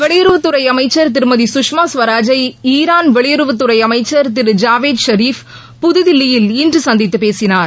வெளியுறவுத்துறை அமைச்சர் திருமதி சுஷ்மா ஸ்வராஜை ஈரான் வெளியுறவுத்துறை அமைச்சர் திரு ஜாவேத் ஷெரீப் புதுதில்லியில் இன்று சந்தித்துப் பேசினார்